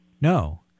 no